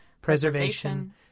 preservation